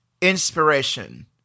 inspiration